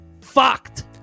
fucked